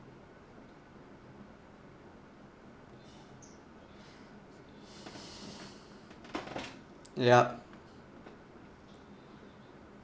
yup